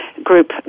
group